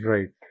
Right